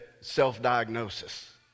self-diagnosis